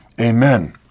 Amen